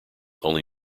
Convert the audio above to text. only